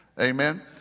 Amen